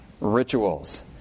rituals